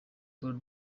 bull